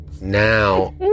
now